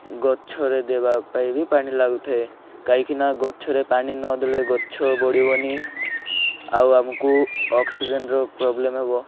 ଗଛରେ ଦେବା ପାଇଁ ବି ପାଣି ଲାଗୁଥାଏ କାହିଁକିନା ଗଛରେ ପାଣି ନଦେଲେ ଗଛ ବଢ଼ିବନି ଆଉ ଆମକୁ ଅକ୍ସିଜେନ୍ର ପ୍ରୋବ୍ଲେମ୍ ହେବ